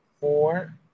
four